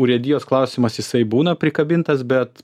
urėdijos klausimas jisai būna prikabintas bet